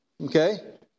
okay